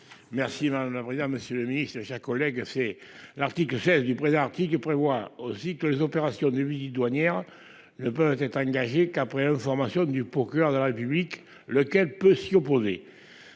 Merci madame la. Monsieur le Ministre, chers collègues, c'est l'article 16 du présent article qui prévoit aussi que les opérations de midi douanières. Ne peut être engagée qu'après information du procureur de la République, lequel peut s'y opposer.